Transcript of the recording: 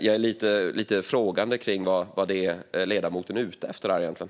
Jag är lite frågande till vad ledamoten egentligen är ute efter.